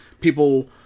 people